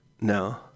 No